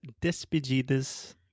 despedidas